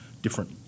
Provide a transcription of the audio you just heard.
different